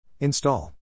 Install